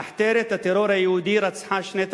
מחתרת הטרור היהודי רצחה שני תלמידים,